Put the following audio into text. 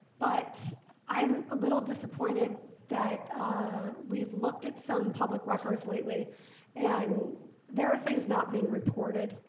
but i'm a little disappointed that we've looked at some public records lately and there are things not being reported,